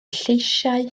lleisiau